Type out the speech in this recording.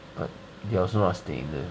but they also not staying there